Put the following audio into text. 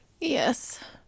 Yes